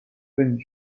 connu